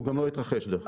הוא גם לא יתרחש, דרך אגב.